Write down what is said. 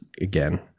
again